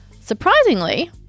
Surprisingly